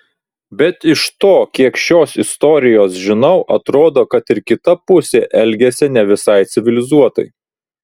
bet iš to kiek šios istorijos žinau atrodo kad ir kita pusė elgėsi ne visai civilizuotai